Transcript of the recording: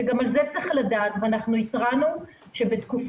שגם את זה צריך לדעת ואנחנו התרענו שבתקופות